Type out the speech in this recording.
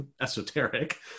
esoteric